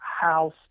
house